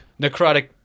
Necrotic